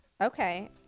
Okay